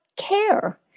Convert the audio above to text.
care